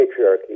patriarchy